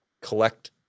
collect